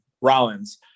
Rollins